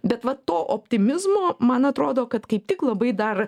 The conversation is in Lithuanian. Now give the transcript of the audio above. bet va to optimizmo man atrodo kad kaip tik labai dar